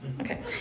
Okay